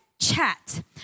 Chat